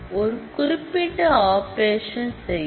ஒரு குறிப்பிட்ட ஆப்ரேஷன் செய்யும்